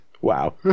Wow